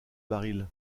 baril